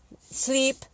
Sleep